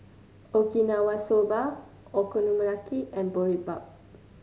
Okinawa Soba Okonomiyaki and Boribap